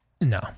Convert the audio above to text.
No